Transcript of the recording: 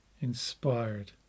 inspired